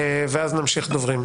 ואז נמשיך עם הדוברים.